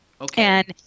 Okay